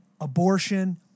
abortion